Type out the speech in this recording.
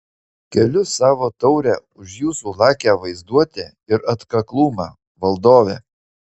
keliu savo taurę už jūsų lakią vaizduotę ir atkaklumą valdove